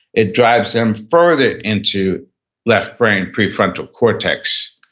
it drives them further into left brain prefrontal cortex,